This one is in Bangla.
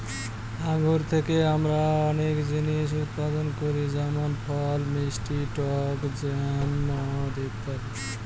আঙ্গুর থেকে আমরা অনেক জিনিস উৎপাদন করি যেমন ফল, মিষ্টি টক জ্যাম, মদ ইত্যাদি